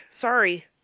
Sorry